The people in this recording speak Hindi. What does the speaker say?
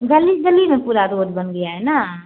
गली गली में पूरी रोड बन गया है ना